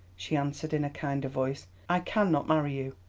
she answered in a kinder voice. i cannot marry you.